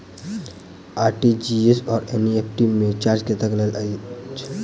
RTGS आओर NEFT मे charge कतेक लैत अछि बैंक?